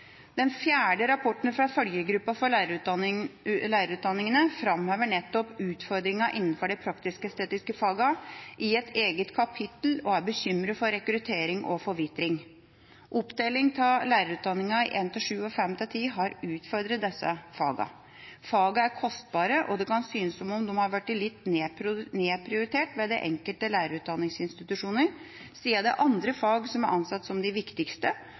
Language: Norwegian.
Den fjerde rapporten fra følgegruppa for lærerutdanningene framhever nettopp utfordringa innenfor de praktisk-estetiske fagene i et eget kapittel og er bekymret for rekruttering og forvitring. Oppdeling av lærerutdanninga i 1–7 og 5–10 har utfordret disse fagene. Fagene er kostbare, og det kan synes som om de har blitt litt nedprioritert ved de enkelte lærerutdanningsinstitusjonene, siden det er andre fag som er ansett som de viktigste,